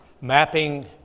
Mapping